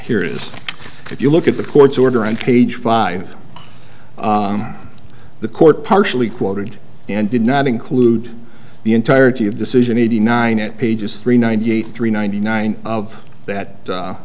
here is if you look at the court's order on page five the court partially quoted and did not include the entirety of decision eighty nine at pages three ninety three ninety nine of that